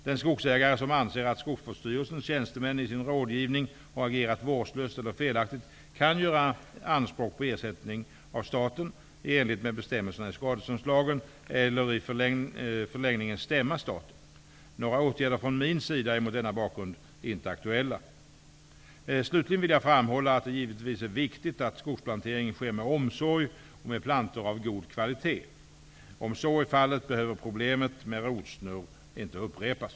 Den skogsägare som anser att skogsvårdsstyrelsens tjänstemän i sin rådgivning har agerat vårdslöst eller felaktigt kan göra anspråk på ersättning av staten enligt bestämmelserna i skadeståndslagen eller i förlängningen stämma staten. Några åtgärder fråm min sida är mot denna bakgrund inte aktuella. Slutligen vill jag framhålla att det givetvis är viktigt att skogsplanteringen sker med omsorg och med plantor av god kvalitet. Om så är fallet, behöver problemet med rotsnurr inte upprepas.